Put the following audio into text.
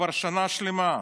כבר שנה שלמה.